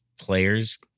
players